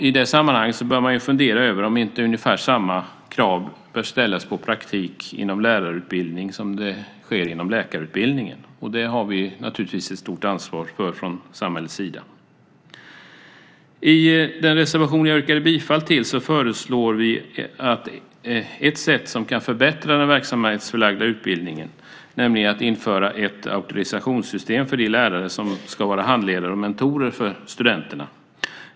I det sammanhanget bör man fundera över om inte ungefär samma krav bör ställas på praktik inom lärarutbildningen som det sker inom läkarutbildningen. Det har vi naturligtvis ett stort ansvar för från samhällets sida. I den reservation jag yrkade bifall till föreslår vi ett sätt som kan förbättra den verksamhetsförlagda utbildningen, nämligen att införa ett auktorisationssystem för de lärare som ska vara handledare och mentorer för studenterna.